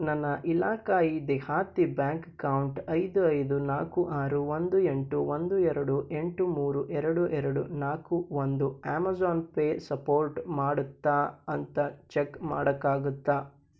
ನನ್ನ ಇಲಾಕಾಯೀ ದೇಹಾತಿ ಬ್ಯಾಂಕ್ ಅಕೌಂಟ್ ಐದು ಐದು ನಾಲ್ಕು ಆರು ಒಂದು ಎಂಟು ಒಂದು ಎರಡು ಎಂಟು ಮೂರು ಎರಡು ಎರಡು ನಾಲ್ಕು ಒಂದು ಆ್ಯಮಝಾನ್ ಪೇ ಸಪೋರ್ಟ್ ಮಾಡುತ್ತಾ ಅಂತ ಚೆಕ್ ಮಾಡೋಕ್ಕಾಗತ್ತಾ